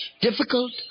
Difficult